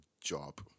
job